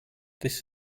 this